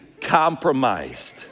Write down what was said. compromised